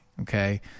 okay